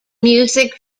music